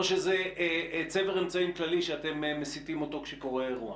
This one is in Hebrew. או שזה צבר אמצעים כללי שאתם מסיטים אותו כשקורה אירוע?